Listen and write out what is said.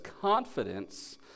confidence